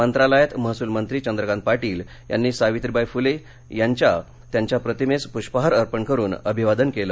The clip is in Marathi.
मंत्रालयात महसूलमंत्री चंद्रकांत पाटील यांनी सावित्रीबाई फुले यांच्या त्यांच्या प्रतिमेस पुष्पहार अर्पण करुन अभिवादन केल